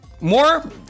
more